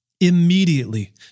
Immediately